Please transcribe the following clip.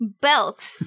belt